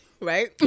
right